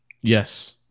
Yes